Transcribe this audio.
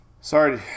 Sorry